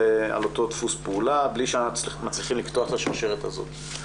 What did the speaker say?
אותו דפוס פעולה בלי שאנחנו מצליחים לקטוע את השרשרת הזאת,